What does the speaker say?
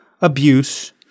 abuse